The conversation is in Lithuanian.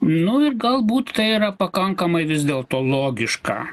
nu ir galbūt tai yra pakankamai vis dėlto logiška